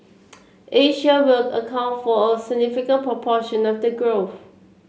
Asia will account for a significant proportion of the growth